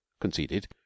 conceded